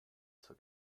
zur